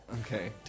Okay